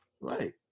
Right